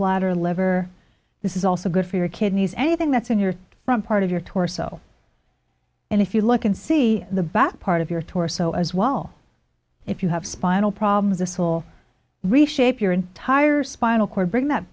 bladder liver this is also good for your kidneys anything that's in your front part of your torso and if you look and see the back part of your torso as well if you have spinal problems us will reshape your entire spinal cord bring that